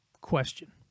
question